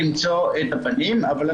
46% מבני הנוער שבהם טיפלו במימון